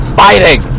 fighting